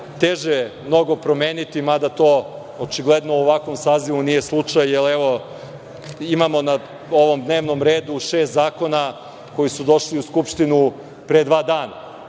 teže mnogo promeniti, mada to očigledno u ovakvom sazivu nije slučaj, jer imamo na ovom dnevnom redu šest zakona koji su došli u Skupštinu pre dva dana